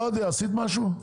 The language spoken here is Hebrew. לא יודע, עשית משהו?